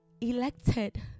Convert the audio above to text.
elected